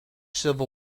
civil